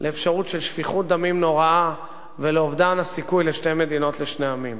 לאפשרות של שפיכות דמים נוראה ולאובדן הסיכוי לשתי מדינות לשני עמים.